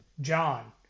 john